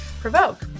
Provoke